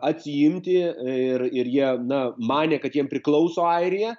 atsiimti ir ir jie na manė kad jiem priklauso airija